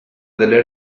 delle